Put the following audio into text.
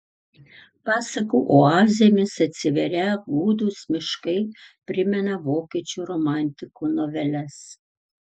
pasakų oazėmis atsiverią gūdūs miškai primena vokiečių romantikų noveles